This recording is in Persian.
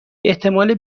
احتمال